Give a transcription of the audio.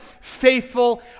faithful